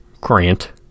Grant